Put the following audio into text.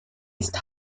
ist